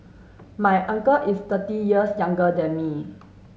my uncle is thirty years younger than me